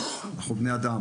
אנחנו בני אדם,